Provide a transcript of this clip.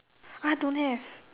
oh don't have